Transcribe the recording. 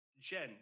Jen